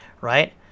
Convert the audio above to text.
right